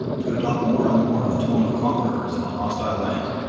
to adopt more and more the tone of conquerors in a hostile land,